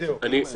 בדיוק.